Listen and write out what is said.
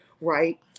right